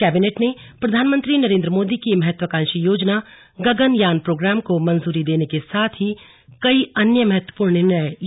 cabinet ने प्रधानमंत्री नरेंद्र मोदी की महत्वाकांक्षी योजाना गगनयान प्रोग्राम को मंजूरी देने के साथ ही कई अन्य महत्वपूर्ण निर्णय लिए